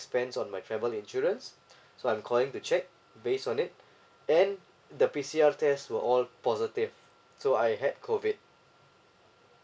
expense on my travel insurance so I'm calling to check based on it and the P_C_R test were all positive so I had COVID